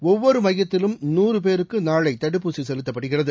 ஒவ்வொருமையத்திலும் நூறுபேருக்குநாளைதடுப்பூசிசெலுத்தப்படுகிறது